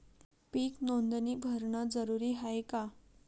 पीक नोंदनी भरनं जरूरी हाये का?